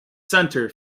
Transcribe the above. center